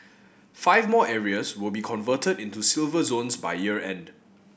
five more areas will be converted into Silver Zones by year end